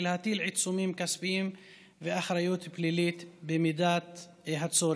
ולהטיל עיצומים כספיים ואחריות פלילית במידת הצורך.